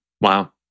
Wow